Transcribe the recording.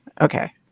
Okay